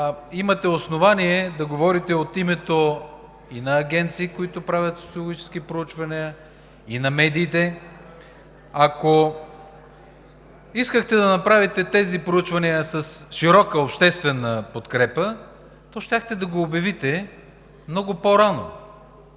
имате основание да говорите от името и на агенции, които правят социологически проучвания, и на медиите. Ако искахте да направите тези проучвания с широка обществена подкрепа, то щяхте да го обявите много по-рано,